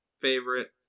favorite